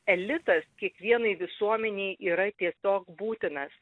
elitas kiekvienai visuomenei yra tiesiog būtinas